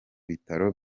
bitaro